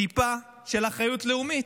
טיפה של אחריות לאומית.